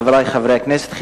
חברי חברי הכנסת,